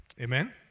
Amen